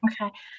Okay